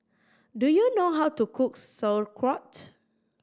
do you know how to cook Sauerkraut